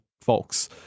folks